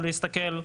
הוא להסתכל,